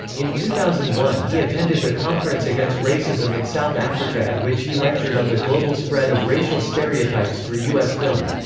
in two thousand and one he attended the conference against racism in south africa at which he lectured on the global spread of racial stereotypes through u s. film.